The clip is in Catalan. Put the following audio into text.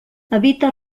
evita